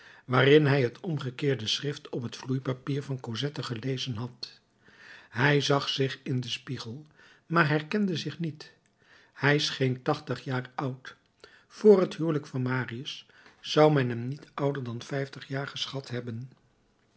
waarin hij het omgekeerde schrift op het vloeipapier van cosette gelezen had hij zag zich in dien spiegel maar herkende zich niet hij scheen tachtig jaar oud vr het huwelijk van marius zou men hem niet ouder dan vijftig jaar geschat hebben